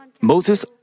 Moses